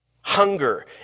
Hunger